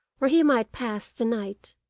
where he might pass the night.